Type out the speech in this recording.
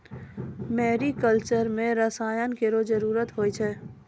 मेरी culture म रसायन केरो जरूरत होय छै